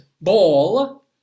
ball